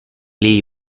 lei